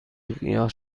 گیاه